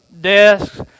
desks